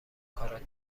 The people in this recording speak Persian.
کارات